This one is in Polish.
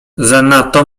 zanadto